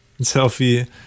Selfie